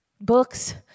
books